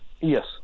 Yes